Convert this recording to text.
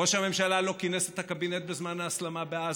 ראש הממשלה לא כינס את הקבינט בזמן ההסלמה בעזה,